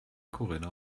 corinna